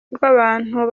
rw’abantu